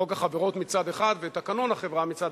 חוק החברות מצד אחד ותקנון החברה מצד